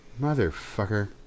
Motherfucker